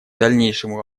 дальнейшему